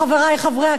חברי חברי הכנסת,